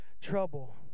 trouble